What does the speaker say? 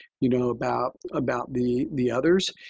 you know, about about the the others.